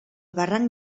barranc